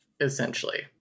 essentially